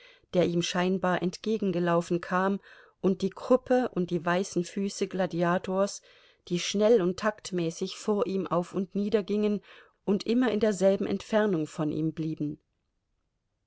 der ihm scheinbar entgegengelaufen kam und die kruppe und die weißen füße gladiators die schnell und taktmäßig vor ihm auf und nieder gingen und immer in derselben entfernung von ihm blieben